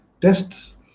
tests